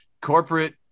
corporate